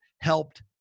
helped